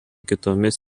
kitomis